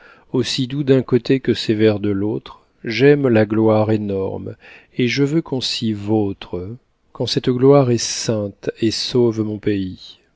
aussi doux d'un côté que sévère de l'autre j'aime la gloire énorme et je veux qu'on s'y vautre quand cette gloire est sainte et sauve mon pays